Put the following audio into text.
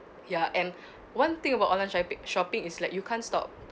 ya and one thing about online shop shopping is like you can't stop